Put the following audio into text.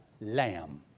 lamb